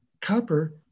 copper